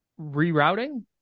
rerouting